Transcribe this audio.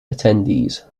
attendees